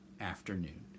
afternoon